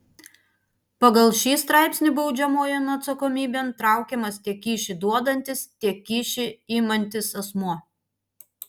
pagal šį straipsnį baudžiamojon atsakomybėn traukiamas tiek kyšį duodantis tiek kyšį imantis asmuo